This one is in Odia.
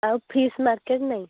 ଆଉ ଫିସ୍ ମାର୍କେଟ୍ ନାହିଁ